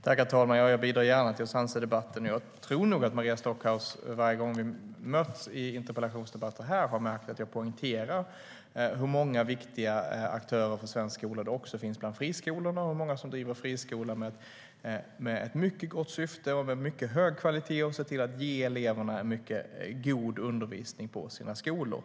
Herr talman! Jag bidrar gärna till att sansa debatten. Jag tror nog att Maria Stockhaus, varje gång vi har mötts i interpellationsdebatter här, har märkt att jag poängterar hur många viktiga aktörer för svensk skola det finns också bland friskolorna och hur många som driver friskolor med ett gott syfte och mycket hög kvalitet och ser till att ge eleverna mycket god undervisning på skolorna.